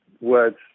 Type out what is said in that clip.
words